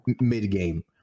mid-game